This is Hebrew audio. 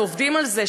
שעובדים על זה,